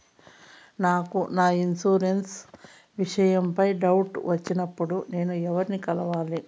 నాకు నా ఇన్సూరెన్సు విషయం పై డౌట్లు వచ్చినప్పుడు నేను ఎవర్ని కలవాలి?